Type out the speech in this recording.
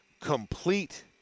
complete